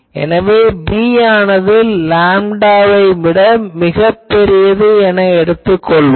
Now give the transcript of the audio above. எனவே b ஆனது லேம்டாவை விட மிகப் பெரியது என எடுத்துக் கொள்வோம்